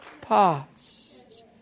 past